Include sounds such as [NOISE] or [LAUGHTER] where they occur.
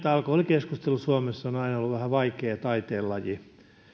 [UNINTELLIGIBLE] alkoholikeskustelu suomessa on aina ollut vähän vaikea taiteenlaji